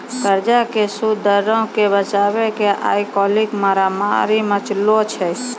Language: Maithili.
कर्जा के सूद दरो के बचाबै के आइ काल्हि मारामारी मचलो छै